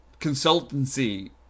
consultancy